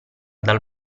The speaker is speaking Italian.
dal